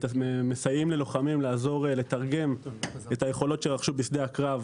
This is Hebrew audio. מסייעים ללוחמים לעזור לתרגם את היכולות שרכשו בשדה הקרב